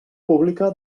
pública